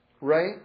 right